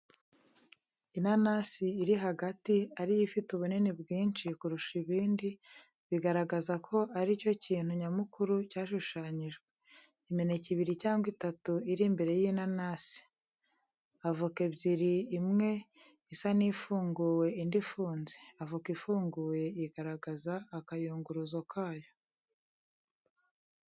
Inanasi iri hagati, ari yo ifite ubunini bwinshi kurusha ibindi, bigaragaza ko ari cyo kintu nyamukuru cyashushanyijwe. Imineke ibiri cyangwa itatu iri imbere y’inanasi. Avoka ebyiri: imwe isa n’ifunguwe, indi ifunze. Avoka ifunguye igaragaza akayunguruzo kayo.